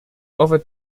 offer